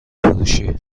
فروشی